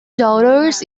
daughters